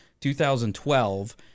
2012